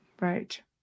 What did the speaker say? Right